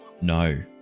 No